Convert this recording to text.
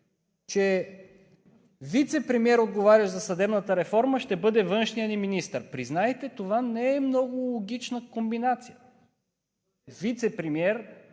че вицепремиер, отговарящ за съдебната реформа, ще бъде външният ни министър. Признайте, това не е много логична комбинация – вицепремиер,